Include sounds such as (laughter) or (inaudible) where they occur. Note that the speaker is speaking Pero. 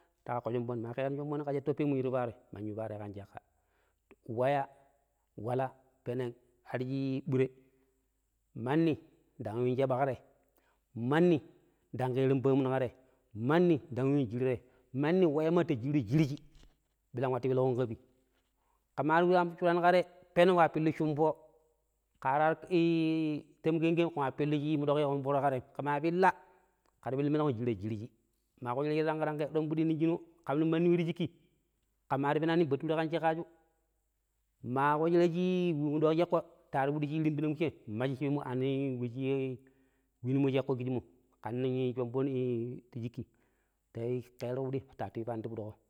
﻿Ta ƙaƙƙo shomboni ma ƙaƙƙeƙo shonboni ƙe sha to mu yiru paroi man yu paroi ƙan shəƙƙa, waya wala peneg hadi shii ɓuree, manni ndang yun shaɓa ƙa te, manni ndang ƙeron pamun ƙa te, manni ndang yun jirii tai, manni wayema ta jiru-jirji watttu pilƙon ƙa te ƙe mata yun shuraan ƙa te peno wa pillu shin foo, ƙe ta warii ii tamƙenƙen ƙen wa pillu we shi muɗoƙshi yiƙon foroo ƙa tem, ƙema pilla chiɗammi menom jiraa-jirshi, ma ƙushira shi ta tangƙenɗuron pidi nog shinu ƙaam mandi we ti shiƙƙii ƙamma a ta penanim Bature ƙan chiƙashu ma ƙushira shii wemmishe sheƙƙo ta waru piɗi shii rimbinan wecche masshi sha pemo a ni we shi sheƙƙo kisshimmo, ƙam nii shomboni ii ti shiƙƙii (unintelligible) ta ƙero piɗi ta wattu ipanii ti pɨdi ƙo.